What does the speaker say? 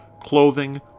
clothing